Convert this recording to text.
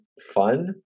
fun